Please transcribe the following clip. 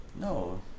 No